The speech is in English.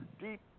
deep